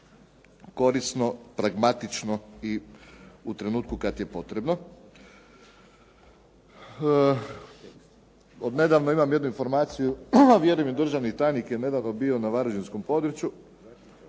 korisno, pragmatično i u trenutku kada je potrebno. Od nedavno imam jednu informaciju, a vjerujem i državni tajnik je nedavno bio na varaždinskom području,